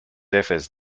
efes